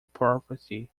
property